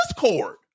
discord